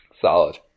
Solid